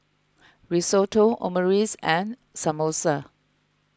Risotto Omurice and Samosa